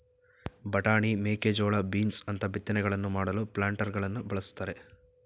ಬಟಾಣಿ, ಮೇಕೆಜೋಳ, ಬೀನ್ಸ್ ಅಂತ ಬಿತ್ತನೆಗಳನ್ನು ಮಾಡಲು ಪ್ಲಾಂಟರಗಳನ್ನು ಬಳ್ಸತ್ತರೆ